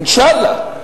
אינשאללה,